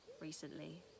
recently